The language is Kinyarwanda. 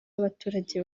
y’abaturage